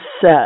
set